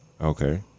okay